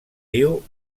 diu